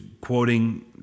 quoting